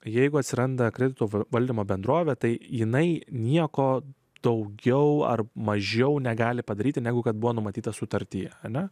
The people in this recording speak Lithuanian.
jeigu atsiranda kreditų valdymo bendrovė tai jinai nieko daugiau ar mažiau negali padaryti negu kad buvo numatyta sutartyje ane